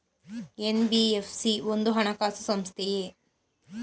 NBFC ಒಂದು ಹಣಕಾಸು ಸಂಸ್ಥೆಯೇ?